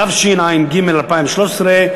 התשע"ג 2013,